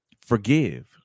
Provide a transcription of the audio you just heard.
forgive